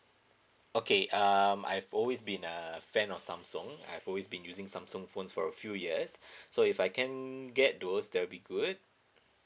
okay um I've always been uh fans or samsung I've always been using samsung phones for a few years so if I can get those that will be good